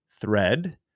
thread